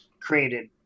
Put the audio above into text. created